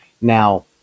Now